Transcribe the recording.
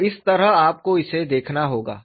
तो इस तरह आपको इसे देखना होगा